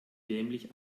dämlich